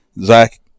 Zach